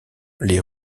les